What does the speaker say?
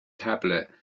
tablet